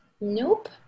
Nope